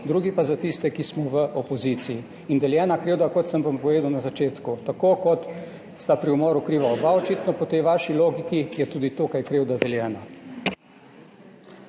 drugi pa za tiste, ki smo v opoziciji. In deljena krivda, kot sem vam povedal na začetku, tako, kot sta pri umoru kriva oba, očitno po tej vaši logiki, je tudi tukaj krivda deljena.